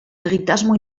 egitasmo